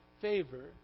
favor